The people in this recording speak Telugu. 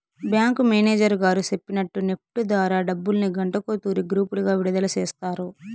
బ్యాంకు మేనేజరు గారు సెప్పినట్టు నెప్టు ద్వారా డబ్బుల్ని గంటకో తూరి గ్రూపులుగా విడదల సేస్తారు